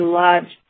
large